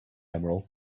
emerald